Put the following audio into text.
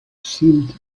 seemed